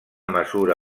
mesura